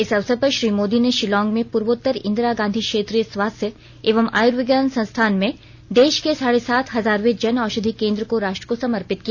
इस अवसर पर श्री मोदी ने शिलांग में पूर्वोत्तर इंदिरा गाँधी क्षेत्रीय स्वास्थ्य एवं आयुर्विज्ञान संस्थान में देश के साढे सात हजारवें जन औषधि केन्द्र को राष्ट्र को समर्पित किया